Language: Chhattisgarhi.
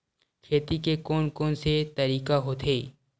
खेती के कोन कोन से तरीका होथे?